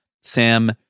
Sam